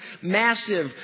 massive